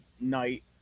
night